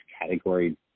category